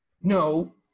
No